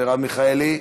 מרב מיכאלי,